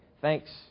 thanks